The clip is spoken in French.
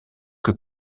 que